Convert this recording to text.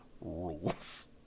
rules